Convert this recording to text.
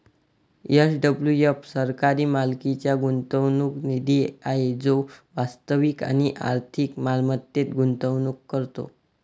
SWF सरकारी मालकीचा गुंतवणूक निधी आहे जो वास्तविक आणि आर्थिक मालमत्तेत गुंतवणूक करतो